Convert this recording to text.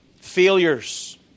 Failures